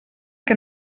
que